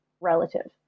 relative